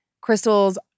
crystals